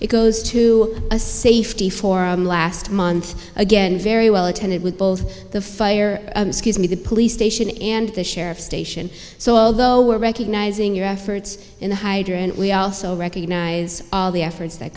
it goes to a safety forum last month again very well attended with both the fire escapes me the police station and the sheriff's station so although we are recognizing your efforts in the hydrant we also recognize all the efforts that